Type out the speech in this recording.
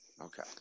okay